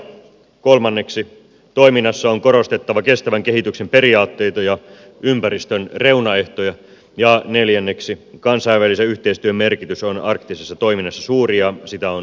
kolmanneksi toiminnassa on korostettava kestävän kehityksen periaatteita ja ympäristön reunaehtoja ja neljänneksi kansainvälisen yhteistyön merkitys on arktisessa toiminnassa suuri ja sitä on vahvistettava